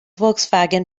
volkswagen